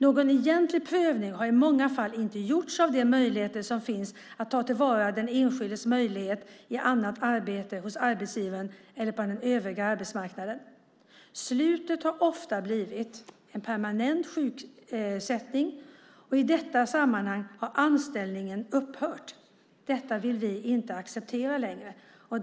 Någon egentlig prövning har i många fall inte gjorts av de möjligheter som finns att ta till vara den enskildes möjligheter i annat arbete hos arbetsgivaren eller på den övriga arbetsmarknaden. Slutet har ofta blivit en permanent sjukersättning, och i detta sammanhang har anställningen upphört. Detta vill vi inte acceptera längre.